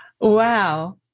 Wow